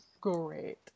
great